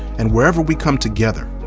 and wherever we come together,